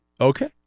Okay